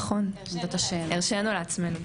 נכון, הרשנו לעצמנו.